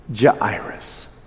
Jairus